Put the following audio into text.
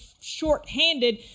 shorthanded